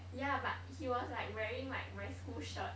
yeah but he was like wearing like my school shirt